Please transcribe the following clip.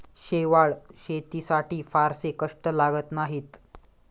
शेवाळं शेतीसाठी फारसे कष्ट लागत नाहीत